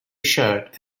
shirt